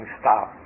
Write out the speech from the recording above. stop